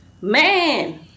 man